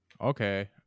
Okay